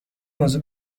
موضوع